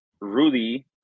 Rudy